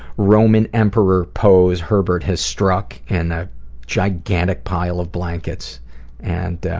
roman emperor pose herman has struck in a gigantic pile of blankets and